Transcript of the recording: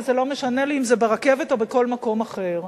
ולא משנה לי אם זה ברכבת או בכל מקום אחר.